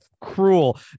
cruel